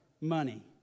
money